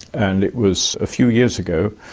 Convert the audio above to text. and it was a few years ago,